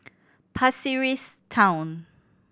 Pasir Ris Town